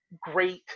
great